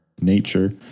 nature